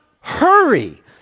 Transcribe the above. hurry